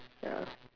ya